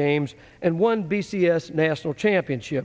games and one b c s national championship